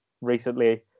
recently